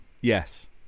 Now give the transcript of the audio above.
Yes